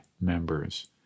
members